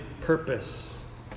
purpose